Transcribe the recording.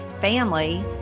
family